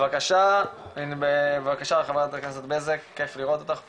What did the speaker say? בבקשה חה"כ בזק, כיף לראות אותך פה,